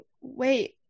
wait